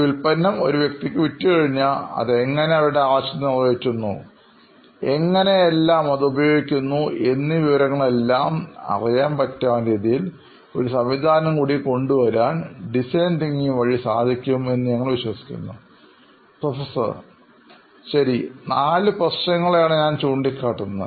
ഈ ഉൽപ്പന്നം ഒരു വ്യക്തിയ്ക്ക് വിറ്റു കഴിഞ്ഞാൽ അത് എങ്ങനെ അവരുടെ ആവശ്യങ്ങൾ നിറവേറ്റുന്നു അവർ എങ്ങനെ എല്ലാം അതു ഉപയോഗിക്കുന്നു എന്നീ വിവരങ്ങളെല്ലാം അറിയാൻ പറ്റാവുന്ന രീതിയിൽ ഒരു സംവിധാനം കൂടി കൊണ്ടുവരാൻ ഡിസൈൻ തിങ്കിങ് വഴി സാധിക്കും എന്ന് ഞങ്ങൾ വിശ്വസിക്കുന്നു പ്രൊഫസർ ശരി നാല് പ്രശ്നങ്ങളെയാണ് ഞാൻ ചൂണ്ടിക്കാട്ടുന്നത്